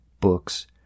Books